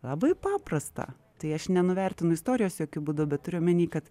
labai paprasta tai aš nenuvertinu istorijos jokiu būdu bet turiu omeny kad